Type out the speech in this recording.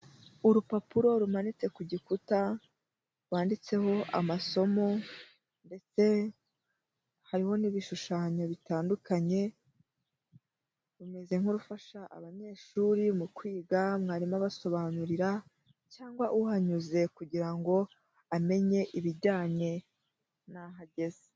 Urupapuro rumanitse ku gikuta rwanditseho amasomo ndetse hariho n'ibishushanyo bitandukanye, rumeze nk'urufasha abanyeshuri mu kwiga mwarimu abasobanurira cyangwa uhanyuze kugira ngo amenye ibijyanye n'aho ageze.